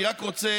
אני רק רוצה